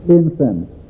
incense